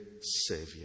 Savior